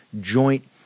joint